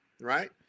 right